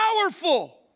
powerful